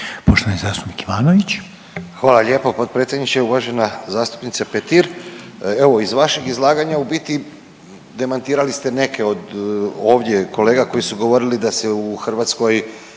Poštovani zastupnik Ivanović.